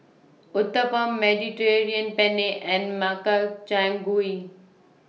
Uthapam Mediterranean Penne and Makchang Gui